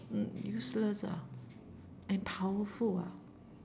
mm useless ah and powerful ah